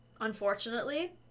Unfortunately